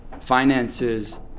finances